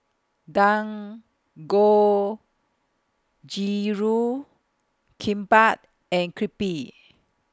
Dangojiru Kimbap and Crepe